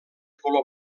color